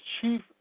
chief